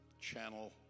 channel